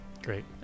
Great